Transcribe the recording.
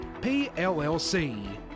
PLLC